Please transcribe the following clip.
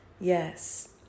Yes